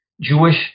Jewish